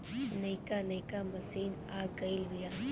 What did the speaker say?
नइका नइका मशीन आ गइल बिआ